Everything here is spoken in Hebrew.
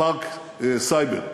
פארק סייבר.